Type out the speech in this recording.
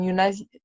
United